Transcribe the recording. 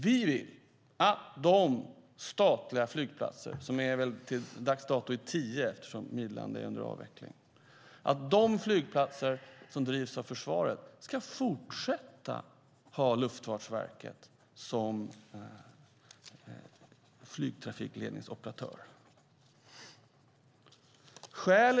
Vi vill att de statliga flygplatserna, som till dags dato är tio, och de flygplatser som drivs av försvaret ska fortsätta att ha Luftfartsverket som flygtrafikledningsoperatör.